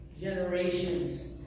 generations